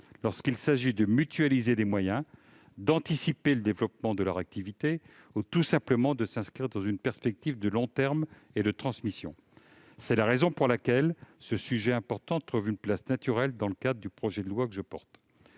leur permettant de mutualiser des moyens, d'anticiper le développement de leur activité, ou tout simplement de s'inscrire dans une perspective de long terme et de transmission. C'est la raison pour laquelle ce sujet important trouve une place naturelle dans le cadre du projet de loi que je porte.